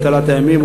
של תעלת הימים,